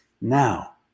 Now